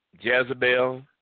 Jezebel